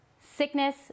sickness